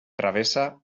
travessa